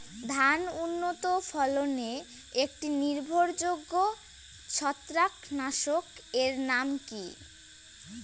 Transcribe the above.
ধান উন্নত ফলনে একটি নির্ভরযোগ্য ছত্রাকনাশক এর নাম কি?